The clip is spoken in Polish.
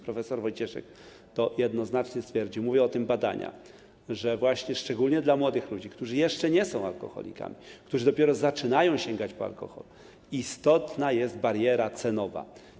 Prof. Wojcieszek jednoznacznie to stwierdził - mówią o tym badania - że szczególnie dla młodych ludzi, którzy jeszcze nie są alkoholikami, którzy dopiero zaczynają sięgać po alkohol, istotna jest bariera cenowa.